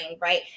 right